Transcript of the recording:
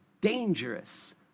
dangerous